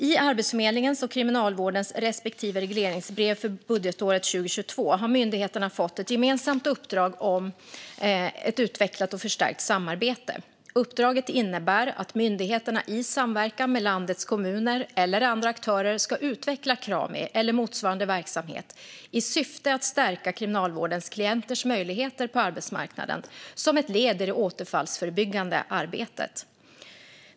I Arbetsförmedlingens och Kriminalvårdens respektive regleringsbrev för budgetåret 2022 har myndigheterna fått ett gemensamt uppdrag om utvecklat och förstärkt samarbete. Uppdraget innebär att myndigheterna i samverkan med landets kommuner eller andra aktörer ska utveckla Krami eller motsvarande verksamhet i syfte att stärka kriminalvårdens klienters möjligheter på arbetsmarknaden som ett led i det återfallsförebyggande arbetet.